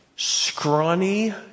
scrawny